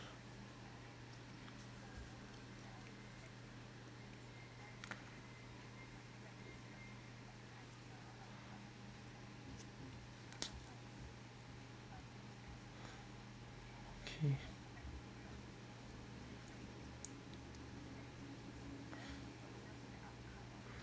okay